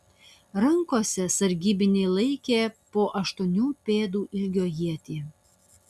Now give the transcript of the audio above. rankose sargybiniai laikė po aštuonių pėdų ilgio ietį